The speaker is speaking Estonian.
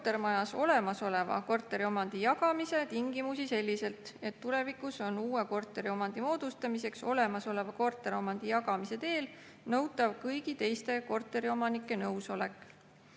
kortermajas olemasoleva korteriomandi jagamise tingimusi selliselt, et tulevikus on uue korteriomandi moodustamiseks olemasoleva korteriomandi jagamise teel nõutav kõigi teiste korteriomanike nõusolek.